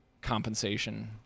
compensation